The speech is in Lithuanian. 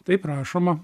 taip rašoma